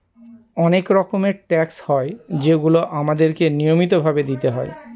অনেক রকমের ট্যাক্স হয় যেগুলো আমাদেরকে নিয়মিত ভাবে দিতে হয়